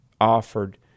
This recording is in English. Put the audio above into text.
offered